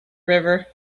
river